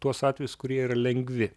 tuos atvejus kurie yra lengvi